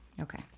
Okay